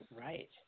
right